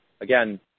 again